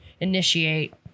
initiate